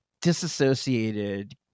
disassociated